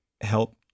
help